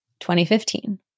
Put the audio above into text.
2015